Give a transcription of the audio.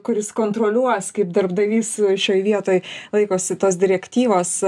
kuris kontroliuos kaip darbdavys šioj vietoj laikosi tos direktyvos